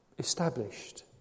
established